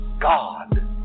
God